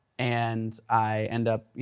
and i end up,